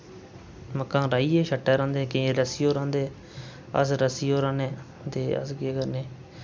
मक्कां राहियै शट्टै रांह्दे केईं रस्सियो रांह्दे अस रस्सियो राह्न्ने ते अस केह् करने